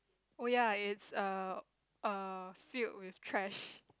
oh ya it's err err filled with trash